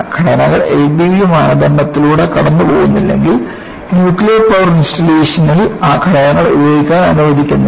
ഘടകങ്ങൾ LBB മാനദണ്ഡത്തിലൂടെ കടന്നുപോകുന്നില്ലെങ്കിൽ ന്യൂക്ലിയർ പവർ ഇൻസ്റ്റാളേഷനിൽ ആ ഘടകങ്ങൾ ഉപയോഗിക്കാൻ അനുവദിക്കുന്നില്ല